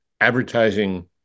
Advertising